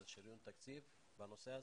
על שריון תקציב בנושא הזה.